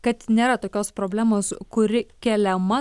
kad nėra tokios problemos kuri keliama